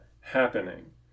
happening